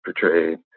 portrayed